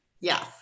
Yes